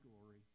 glory